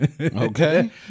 Okay